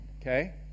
okay